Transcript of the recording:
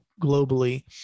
globally